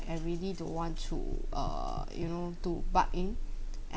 I really don't want to err you know to butt in